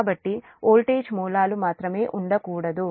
కాబట్టి వోల్టేజ్ మూలాలు మాత్రమే ఉండకూడదు